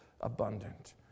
abundant